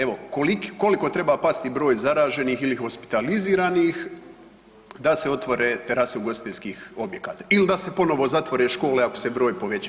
Evo koliko treba pasti broj zaraženih ili hospitaliziranih da se otvore terase ugostiteljskih objekata il da se ponovo zatvore škole ako se broj poveća.